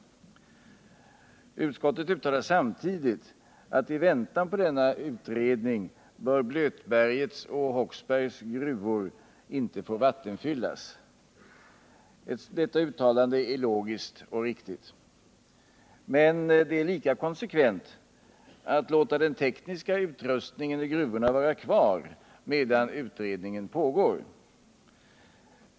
Utskottet uttalar samtidigt att i väntan på denna utredning bör Blötbergets och Håksbergs gruvor inte få vattenfyllas. Detta uttalande är logiskt och riktigt. Men det är lika konsekvent att låta den tekniska utrustningen i gruvorna vara kvar medan utredningen pågår.